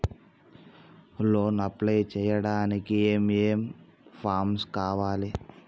Loan apply చేయడానికి ఏం ఏం ఫామ్స్ కావాలే?